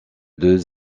deux